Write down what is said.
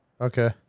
Okay